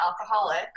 alcoholic